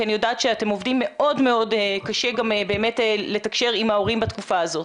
כי אני יודעת שאתם עובדים מאוד מאוד קשה לתקשר עם ההורים בתקופה הזאת,